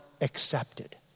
accepted